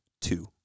two